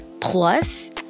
Plus